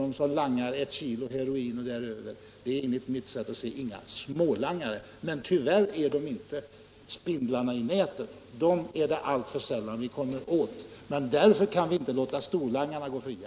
De som langar ett kilo heroin eller däröver är enligt min mening inga smålangare. Men tyvärr är de inte heller spindlarna i nätet. Dem kommer vi åt alltför sällan. Men därför kan vi inte låta storlangarna gå fria.